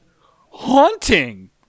haunting